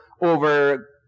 over